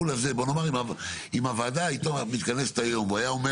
אם הוועדה מתכנסת היום והוא היה אומר